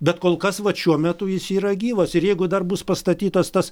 bet kol kas vat šiuo metu jis yra gyvas ir jeigu dar bus pastatytas tas